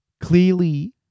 clearly